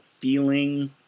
feeling